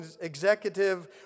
executive